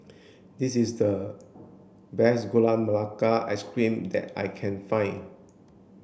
this is the best gula melaka ice cream that I can find